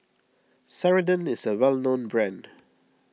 Ceradan is a well known brand